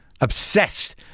obsessed